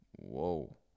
whoa